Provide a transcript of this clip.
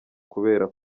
kubera